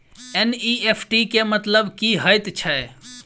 NEFT केँ मतलब की हएत छै?